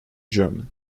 german